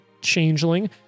changeling